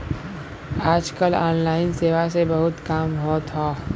आज कल ऑनलाइन सेवा से बहुत काम होत हौ